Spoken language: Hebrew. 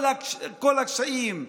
כל הקשיים.